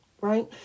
right